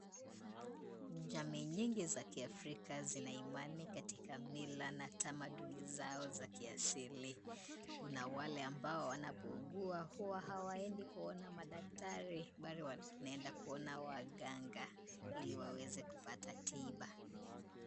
Jamii nyingi za kiafrika zina imani katika mila na tamaduni zao za kiasili. Kuna wale ambao wanapougua huwa hawaendi kuona madaktari, bali wanaenda kuona waganga ili waweze kupata tiba.